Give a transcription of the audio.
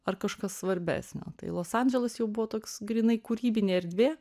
ar kažkas svarbesnio tai los andželas jau buvo toks grynai kūrybinė erdvė